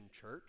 church